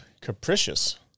Capricious